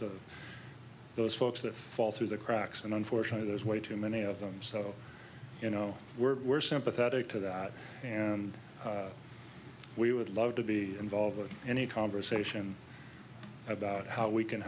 to those folks that fall through the cracks and unfortunately there's way too many of them so you know we're we're sympathetic to that and we would love to be involved in a conversation about how we can